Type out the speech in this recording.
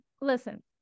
listen